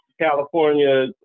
california